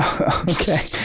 Okay